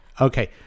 Okay